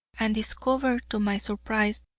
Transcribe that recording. and discovered, to my surprise,